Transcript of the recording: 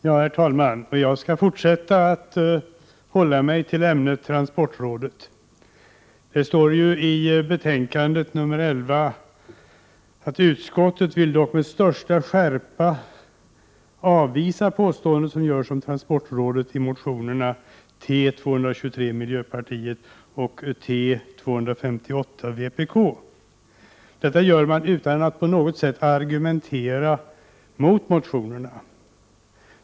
Herr talman! Jag skall hålla mig till ämnet, transportrådet. I trafikutskottets betänkande nr 11 heter det: ”Utskottet vill dock med största skärpa avvisa de påståenden om transportrådet som görs i motionerna T223 och T258 .” Detta gör man utan att på något sätt argumentera mot motionerna.